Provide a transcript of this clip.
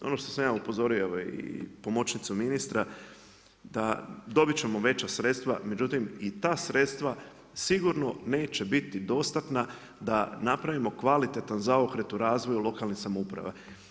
Ono što sam ja upozorio i pomoćnicu ministra da dobit ćemo veća sredstva, međutim i ta sredstva sigurno neće biti dostatna da napravimo kvalitetan zaokret u razvoju lokalne samouprave.